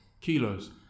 Kilos